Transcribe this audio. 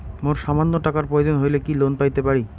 মোর সামান্য টাকার প্রয়োজন হইলে কি লোন পাইতে পারি?